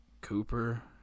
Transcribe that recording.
Cooper